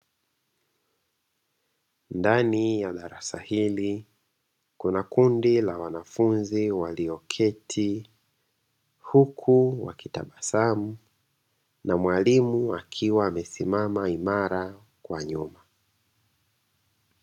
Ndani ya darasa hili kuna kundi la wanafunzi walioketi huku wakitabasamu na mwalimu akiwa amesimama imara kwa nyuma.